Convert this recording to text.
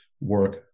work